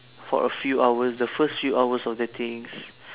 for a few hours the first few hours of the things